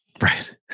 Right